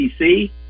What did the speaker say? PC